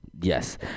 Yes